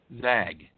Zag